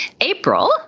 April